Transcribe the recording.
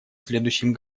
следующем